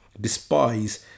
despise